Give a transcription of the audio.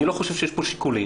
אני לא חושב שיש פה שיקולים.